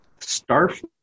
Starfleet